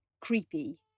creepy